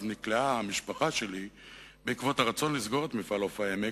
נקלעה המשפחה שלי בעקבות הרצון לסגור את מפעל 'עוף העמק',